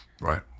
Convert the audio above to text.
Right